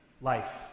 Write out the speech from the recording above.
life